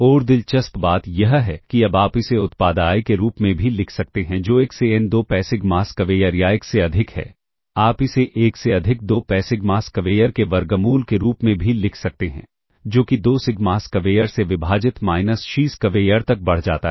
और दिलचस्प बात यह है कि अब आप इसे उत्पाद I के रूप में भी लिख सकते हैं जो 1 से n 2 pi सिग्मा स्क्वेयर या 1 से अधिक है आप इसे 1 से अधिक 2 pi सिग्मा स्क्वेयर के वर्गमूल के रूप में भी लिख सकते हैं जो कि 2 सिग्मा स्क्वेयर से विभाजित माइनस xi स्क्वेयर तक बढ़ जाता है